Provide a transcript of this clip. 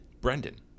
Brendan